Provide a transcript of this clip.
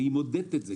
היא גם בודקת את זה,